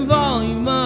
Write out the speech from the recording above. volume